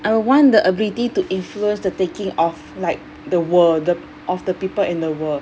I would want the ability to influence the thinking of like the world the of the people in the world